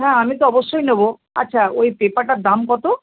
হ্যাঁ আমি তো অবশ্যই নেব আচ্ছা ওই পেপারটার দাম কত